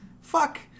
Fuck